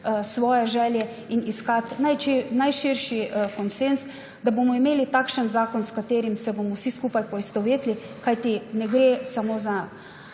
svoje želje in iskati najširši konsenz, da bomo imeli takšen zakon, s katerim se bomo vsi skupaj poistovetili. Ne gre namreč samo za